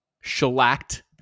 shellacked